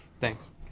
Thanks